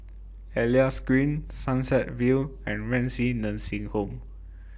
Elias Green Sunset View and Renci Nursing Home